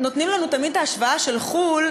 נותנים לנו תמיד את ההשוואה לחו"ל,